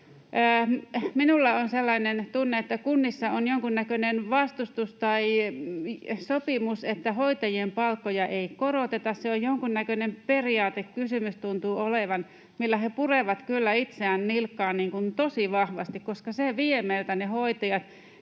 sellainen tunne, että kunnissa on jonkunnäköinen vastustus tai sopimus, että hoitajien palkkoja ei koroteta. Se tuntuu olevan jonkunnäköinen periaatekysymys, millä he purevat kyllä itseään nilkkaan tosi vahvasti, koska se vie meiltä ne hoitajat.